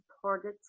supported